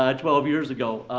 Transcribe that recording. ah twelve years ago,